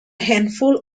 handful